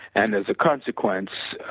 and, as a consequence,